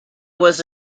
was